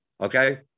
okay